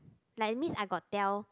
like means I got tell